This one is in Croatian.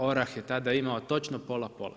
ORAH je tada imao točno pola pola.